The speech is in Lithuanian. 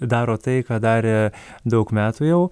daro tai ką darė daug metų jau